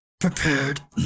Prepared